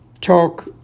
talk